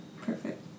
Perfect